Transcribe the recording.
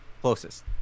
closest